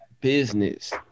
business